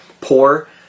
poor